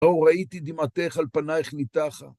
או ראיתי דמעתך על פנייך ניתחה.